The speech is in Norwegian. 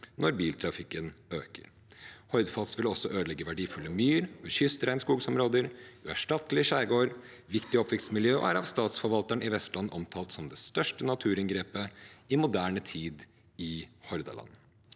når biltrafikken øker. Hordfast vil også ødelegge verdifulle myr- og kystregnskogområder, uerstattelig skjærgård og viktige oppvekstmiljø, og er av statsforvalteren i Vestland omtalt som det største naturinngrepet i moderne tid i Hordaland.